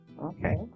okay